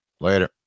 Later